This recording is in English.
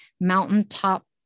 mountaintop